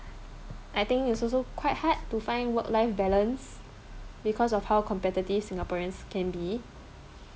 I think it's also quite hard to find work life balance because of how competitive singaporeans can be